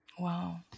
Wow